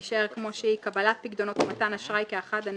כאחד,